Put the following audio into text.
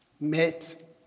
met